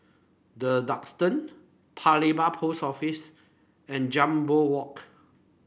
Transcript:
The Duxton Paya Lebar Post Office and Jambol Walk